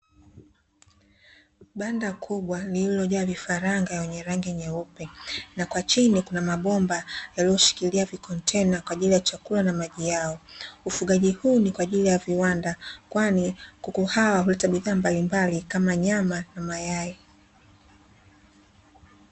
Banda kubwa lilojaa vifaranga wenye rangi nyeupe, na kwa chini kuna mabomba yaliyoshikilia vikontena kwa ajili chakula na maji yao. Ufugaji huu ni kwa ajili ya viwanda, kwani kuku hawa huleta bidhaa mbalimbali kama: nyama na mayai.